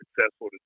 successful